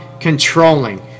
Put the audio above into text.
controlling